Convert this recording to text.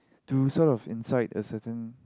to sort of incite a certain